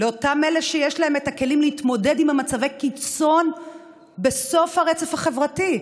אלה שיש להם את הכלים להתמודד עם מצבי הקיצון בסוף הרצף החברתי,